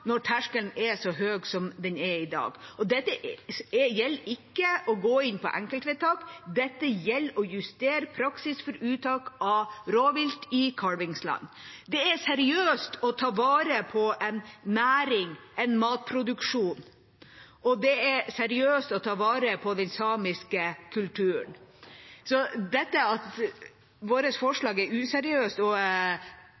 når terskelen er så høy som den er i dag. Dette gjelder ikke å gå inn på enkeltvedtak, dette gjelder å justere praksis for uttak av rovvilt i kalvingsland. Det er seriøst å ta vare på en næring, en matproduksjon, og det er seriøst å ta vare på den samiske kulturen. Så dette at vårt